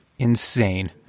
Insane